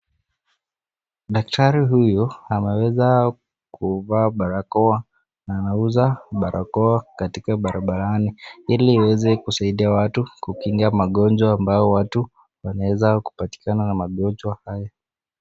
Daktari huyu ameweza kuvaa barakoa na anauza barakoa katika barabarani ili iweze kusaidia watu kukinga magonjwa ambayo watu wanaweza kupatikana na magonjwa hayo.